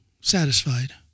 Satisfied